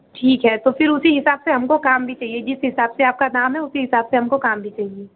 ठीक है तो फिर उसी हिसाब से हमको काम भी चाहिए जिस हिसाब से आपका नाम है उसी हिसाब से हमको काम भी चहिए